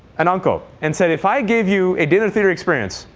an uncle, and said if i gave you a dinner theatre experience,